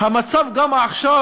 גם המצב עכשיו,